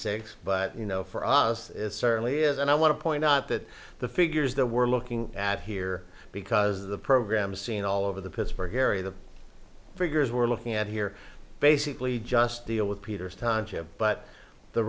six but you know for us it's certainly is and i want to point out that the figures that we're looking at here because of the program seen all over the pittsburgh area the figures we're looking at here basically just deal with peter's timeship but the